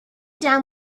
down